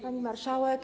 Pani Marszałek!